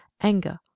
anger